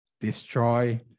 destroy